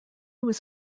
was